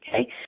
okay